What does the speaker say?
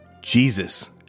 Jesus